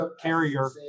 carrier